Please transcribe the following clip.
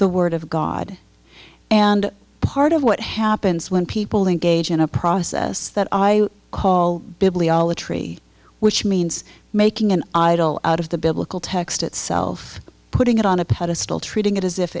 the word of god and part of what happens when people engage in a process that i call bibliolatry which means making an idol out of the biblical text itself putting it on a pedestal treating it as if